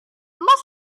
must